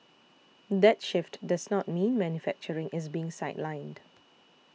that shift does not mean manufacturing is being sidelined